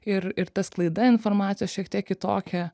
ir ir ta sklaida informacijos šiek tiek kitokia